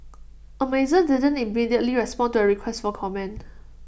Amazon didn't immediately respond to A request for comment